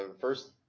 First